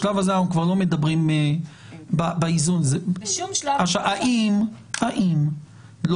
בשלב הזה --- בשום שלב --- האם לא